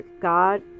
God